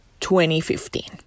2015